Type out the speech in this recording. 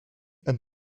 and